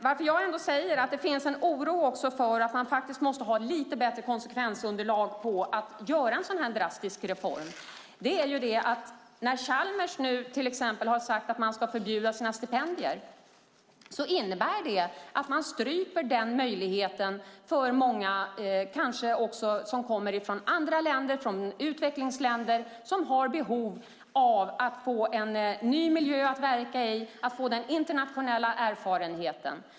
Varför jag ändå säger att det finns en oro och att man måste ha lite bättre konsekvensunderlag för att göra en sådan här drastisk reform är att när nu till exempel Chalmers har sagt att man ska förbjuda sina stipendier innebär det att man stryper denna möjlighet för många som kanske kommer från andra länder, kanske från utvecklingsländer, och som har behov av att få en ny miljö att verka i och få den internationella erfarenheten.